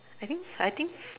I think I think